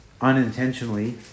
unintentionally